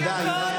תודה.